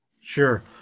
Sure